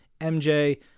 MJ